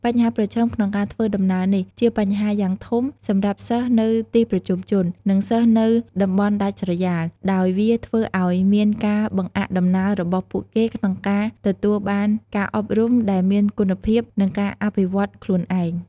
បញ្ហាប្រឈមក្នុងការធ្វើដំណើរនេះជាបញ្ហាយ៉ាងធំសម្រាប់សិស្សនៅទីប្រជុំជន និងសិស្សនៅតំបន់ដាច់ស្រយាល ដោយវាធ្វើអោយមានការបង្អាក់ដំណើររបស់ពួកគេក្នុងការទទួលបានការអប់រំដែលមានគុណភាព និងការអភិវឌ្ឍន៍ខ្លួនឯង។